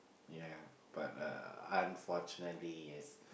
ya but uh unfortunately yes